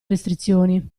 restrizioni